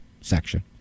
section